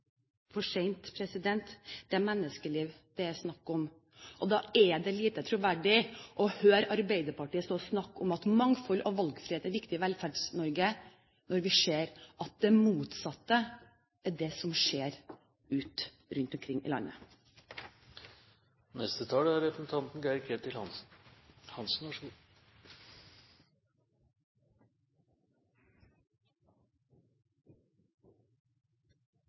allerede for sent. Det er menneskeliv det er snakk om. Det er lite troverdig når Arbeiderpartiet snakker om at mangfold og valgfrihet er viktig i Velferds-Norge, når vi ser at det er det motsatte som skjer ute i landet. Jeg vil bare korrigere representanten